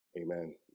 amen